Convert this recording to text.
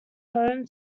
home